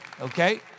okay